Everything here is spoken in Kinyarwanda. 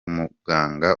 muganga